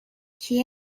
qui